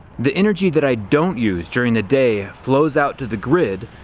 the energy that i don't use during the day flows out to the grid.